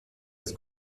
ist